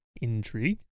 intrigue